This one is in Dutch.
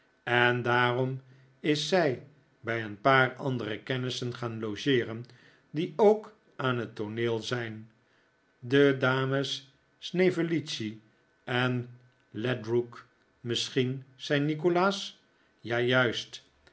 en daarom is zij bij een paar andere kennissen gaan logeeren die ook aan het toorieel zijn de dames snevellicci en ledrook misschien zei nikolaas ja juist